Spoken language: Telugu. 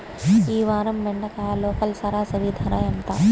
ఈ వారం బెండకాయ లోకల్ సరాసరి ధర ఎంత?